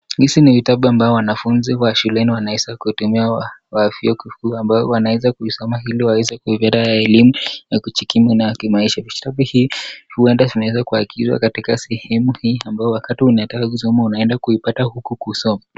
Hizi ni vitabu ambazo wanafunzi wa shuleni wanaweza kutumia kwa vio vikuu wanaweza kusoma ili wapate elimu ya kujikimu nayo kimaisha .Vitabu hizi huekwa katika sehemu hii ambayo wakati unataka kusoma unaipata sehemu hii kusoma.